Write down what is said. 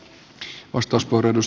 herra puhemies